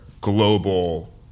global